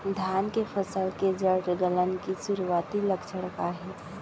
धान के फसल के जड़ गलन के शुरुआती लक्षण का हे?